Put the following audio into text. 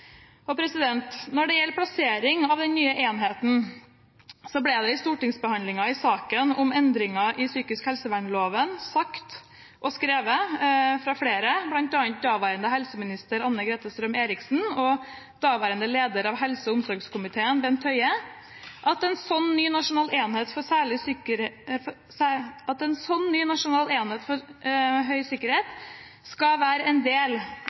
Når det gjelder plassering av den nye enheten, ble det i stortingsbehandlingen i saken om endringer i psykisk helsevernloven sagt og skrevet fra flere, bl.a. daværende helseminister Anne-Grete Strøm-Erichsen og daværende leder av helse- og omsorgskomiteen Bent Høie, at en slik ny nasjonal enhet for særlig høy sikkerhet skal være en del av de regionale sikkerhetsavdelingene, men at den fysisk kan lokaliseres et annet sted. Selv finner undertegnede flere grunner til at en